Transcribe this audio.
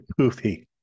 poofy